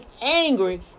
angry